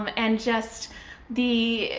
um and just the.